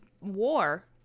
war